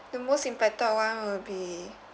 the most impacted one will be